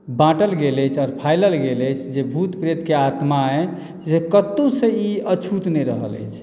बाँटल गेल अछि आओर फैलल गेल अछि जे भूत प्रेतके आत्माएँ जे कतहुसँ ई अछूत नहि रहल अछि